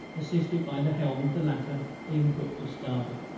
assisted by the helm of the latter being put to starboard.